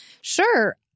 Sure